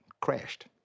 crashed